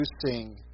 producing